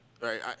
Right